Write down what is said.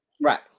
right